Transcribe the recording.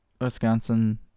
Wisconsin